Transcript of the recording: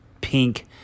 pink